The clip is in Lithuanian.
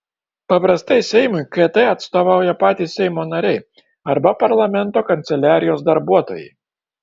paprastai seimui kt atstovauja patys seimo nariai arba parlamento kanceliarijos darbuotojai